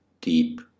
deep